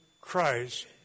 Christ